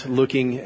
looking